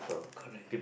correct